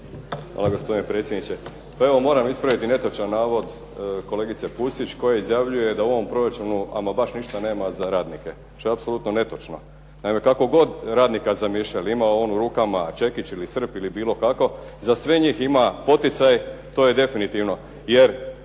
Hvala, gospodine predsjedniče. Pa evo, moram ispraviti netočan navod kolegice Pusić koja izjavljuje da u ovom proračunu ama baš ništa nema za radnike, što je apsolutno netočno. Naime, kako god radnika zamišljali imao on u rukama čekić, srp ili bilo kako za sve njih ima poticaj, to je definitivno